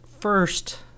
first